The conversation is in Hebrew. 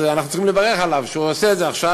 אנחנו צריכים לברך על כך שהוא עושה את זה עכשיו,